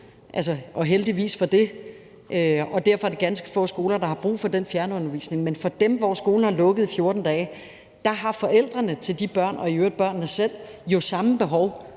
og heldigvis for det – og derfor er det ganske få skoler, der har brug for den fjernundervisning. Men for dem, hvor skolen er lukket i 14 dage, har forældrene til de børn og i øvrigt børnene selv jo samme behov.